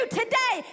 today